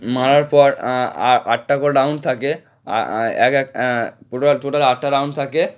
মারার পর আ আটটা করে রাউন্ড থাকে এক এক পুরো টোটাল আটটা রাউন্ড থাকে